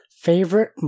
Favorite